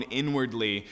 inwardly